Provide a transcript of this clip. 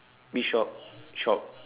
which shop shop